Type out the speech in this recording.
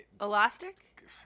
elastic